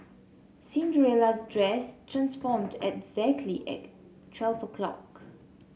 Cinderella's dress transformed exactly at twelve o'clock